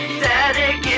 Static